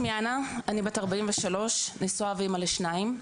אז שמי אנה, אני בת 43, נושאה ואמא לשניים.